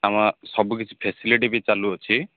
ଆମ ସବୁ କିଛି ଫେସିଲିଟି ବି ଚାଲୁଅଛି